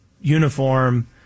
uniform